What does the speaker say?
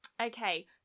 Okay